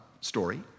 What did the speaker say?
story